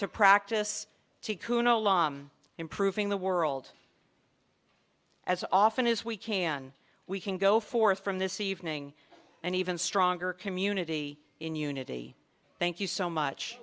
along improving the world as often as we can we can go forth from this evening an even stronger community in unity thank you so much